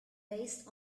based